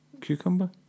Cucumber